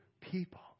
people